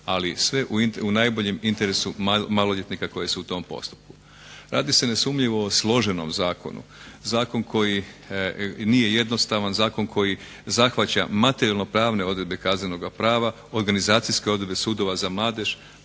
ali sve u najboljem interesu maloljetnika koji su u tom postupku. Radi se nesumnjivo o složenom zakonu. Zakon koji nije jednostavan, zakon koji zahvaća materijalno-pravne odredbe kaznenoga prava, organizacijske odredbe sudova za mladež,